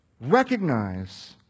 Recognize